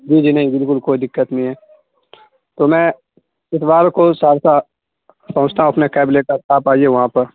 جی جی نہیں بلکل کوئی دقت نہیں ہے تو میں اتوار کو سہرسہ پہنچتا ہوں اپنے کیب لے کر آپ آئیے وہاں پر